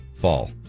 fall